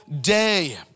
day